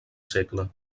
segle